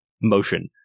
motion